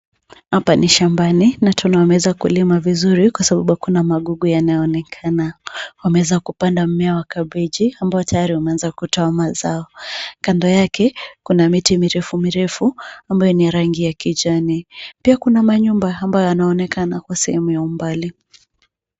Hapa ni shambani na tunaona wameweza kulima vizuri kwa sababu hakuna magugu yanayo onekana wameweza kupanda mumea wa kabeji ambao tayari wameweza kutoa mazao. Kando yake kuna miti mirefu, mirefu ambayo ni ya rangi ya kijani, pia kuna manyumba ambayo yanaonekana kwa sehemu ya umbali.